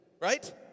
right